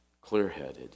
clear-headed